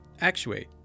Actuate